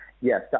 yes